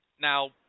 Now